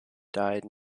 died